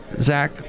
Zach